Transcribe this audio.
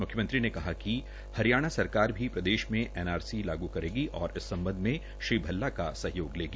म्ख्यमंत्री ने कहा कि हरियाणा सरकार भी प्रदेश में एनआरसी लागू करेगी और इस सम्बंध में श्री भल्ला का सहयोग लेगी